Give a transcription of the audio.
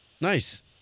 Nice